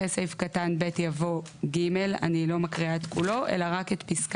כי מצד אחר אי אפשר להשאיר את זה במצב שבו הוא לא קיבל תיק מידע